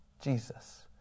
Jesus